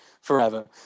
forever